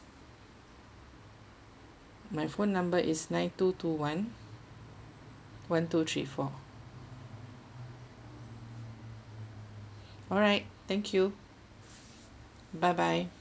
my phone number is nine two two one one two three four alright thank you bye bye